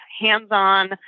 hands-on